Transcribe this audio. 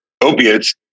opiates